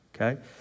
okay